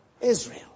Israel